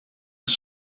his